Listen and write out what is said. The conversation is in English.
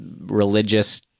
religious